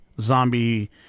Zombie